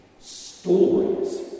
stories